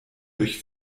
durch